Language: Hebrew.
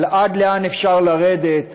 אבל עד לאן אפשר לרדת,